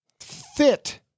fit